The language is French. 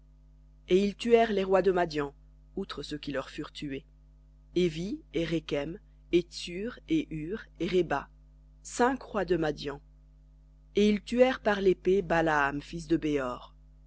et ils tuèrent les rois de madian outre ceux qui leur furent tués évi et rékem et tsur et hur et réba cinq rois de madian et ils tuèrent par l'épée balaam fils de béor